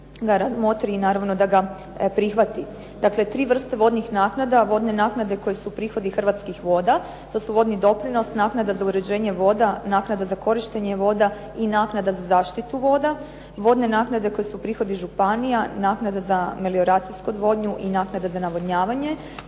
ga razmotri i naravno da ga prihvati. Dakle tri vrste vodnih naknada, vodne naknade koji su prihodi Hrvatskih voda, to su vodni doprinos, naknada za uređenje voda, naknada za korištenje voda, i naknada za zaštitu voda. Vodne naknade koji su prihodi županija, naknada za melioracijsku odvodnju i naknada za navodnjavanje,